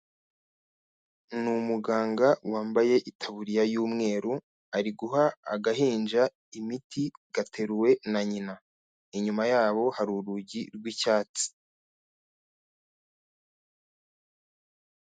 Ni umuganga wambaye itabuririya y'umweru, ari guha agahinja imiti gateruwe na nyina. Inyuma yabo hari urugi r'icyatsi.